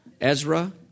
Ezra